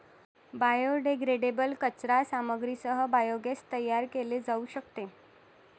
biodegradable कचरा सामग्रीसह biogas तयार केले जाऊ शकते